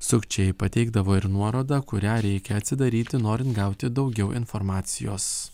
sukčiai pateikdavo ir nuorodą kurią reikia atsidaryti norint gauti daugiau informacijos